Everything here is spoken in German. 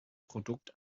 produkt